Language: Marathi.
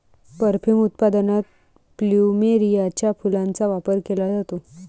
परफ्यूम उत्पादनात प्लुमेरियाच्या फुलांचा वापर केला जातो